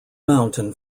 mountain